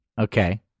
Okay